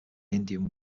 indian